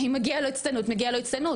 אם מגיעה לו הצטיינות, מגיעה לו הצטיינות.